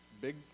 big